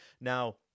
Now